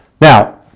Now